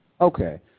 Okay